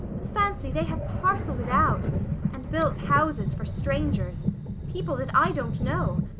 fancy they have parcelled it out and built houses for strangers people that i don't know.